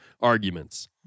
arguments